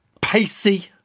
pacey